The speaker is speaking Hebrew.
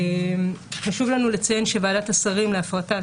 חשוב לנו לציין שוועדת השרים להפרטה,